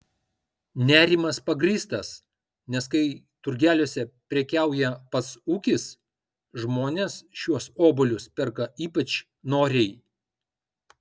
nerimas pagrįstas nes kai turgeliuose prekiauja pats ūkis žmonės šiuos obuolius perka ypač noriai